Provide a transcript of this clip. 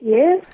Yes